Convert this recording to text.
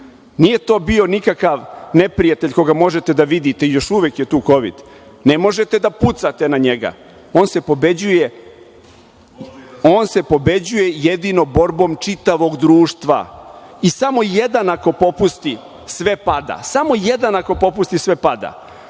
Nije to bio nikakav neprijatelj koga možete da vidite i još uvek je tu Kovid, ne možete da pucate na njega, on se pobeđuje jedino borbom čitavog društva. Samo jedan ako popusti sve pada, samo jedan ako popusti sve pada.